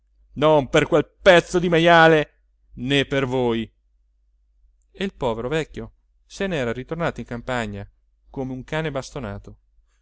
non per quel pezzo di majale né per voi e il povero vecchio se n'era ritornato in campagna come un cane bastonato